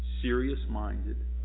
serious-minded